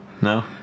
No